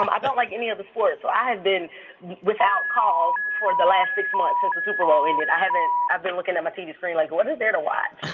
um i don't like any other sport. so i have been without cause for the last six months since the super bowl ended. i haven't i've been looking at my tv screen, like, what is there to watch?